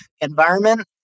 environment